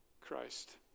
Christ